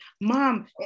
mom